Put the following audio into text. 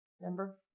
Number